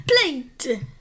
plate